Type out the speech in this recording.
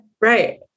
right